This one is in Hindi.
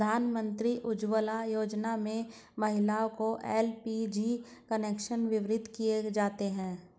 प्रधानमंत्री उज्ज्वला योजना में महिलाओं को एल.पी.जी कनेक्शन वितरित किये जाते है